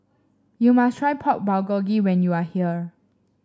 you must try Pork Bulgogi when you are here